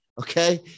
okay